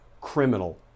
criminal